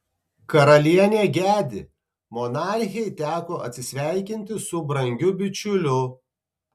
karalienė gedi monarchei teko atsisveikinti su brangiu bičiuliu